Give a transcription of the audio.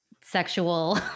sexual